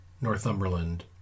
Northumberland